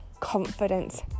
Confidence